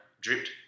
dripped